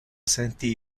sentì